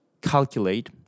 calculate